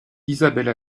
isabelle